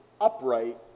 upright